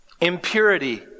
Impurity